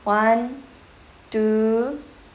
one two